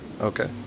okay